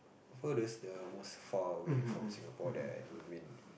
furthest the most far away from Singapore that I've ever been